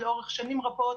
לאורך שנים רבות,